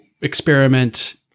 experiment